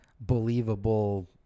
believable